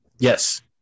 Yes